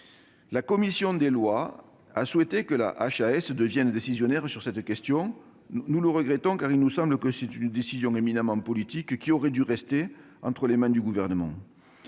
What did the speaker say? La commission des lois a souhaité que la HAS devienne décisionnaire sur cette question. Nous le regrettons, car il nous semble qu'il y va d'une décision éminemment politique, qui aurait dû rester entre les mains du Gouvernement.